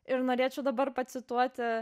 ir norėčiau dabar pacituoti